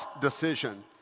decision